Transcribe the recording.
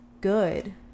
good